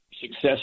success